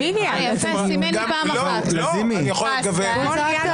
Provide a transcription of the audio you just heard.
מישהו שממונה בפועל זה מישהו שהכהונה